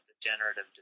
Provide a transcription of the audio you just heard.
degenerative